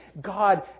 God